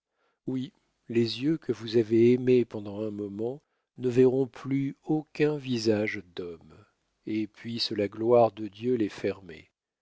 oui les yeux que vous avez aimés pendant un moment ne verront plus aucun visage d'homme et puisse la gloire de dieu les